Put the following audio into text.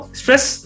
stress